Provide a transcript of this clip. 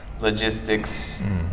logistics